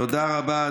תודה רבה.